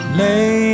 lay